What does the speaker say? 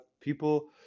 people